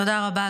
תודה רבה.